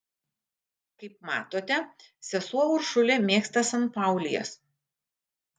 kaip matote sesuo uršulė mėgsta sanpaulijas